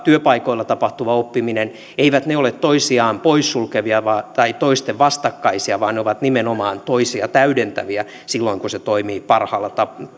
työpaikoilla tapahtuva oppiminen eivät ole toisiaan poissulkevia tai toistensa vastakkaisia vaan ne ovat nimenomaan toisiaan täydentäviä silloin kun se toimii parhaalla